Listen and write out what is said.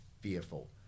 fearful